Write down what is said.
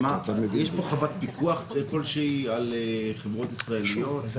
יש פה חובת פיקוח כלשהי על חברות ישראליות?